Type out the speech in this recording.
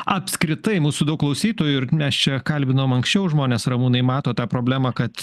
apskritai mūsų daug klausytojų ir mes čia kalbinom anksčiau žmones ramūnai mato tą problemą kad